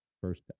First